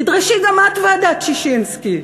תדרשי גם את ועדת ששינסקי.